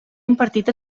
impartit